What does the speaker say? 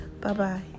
Bye-bye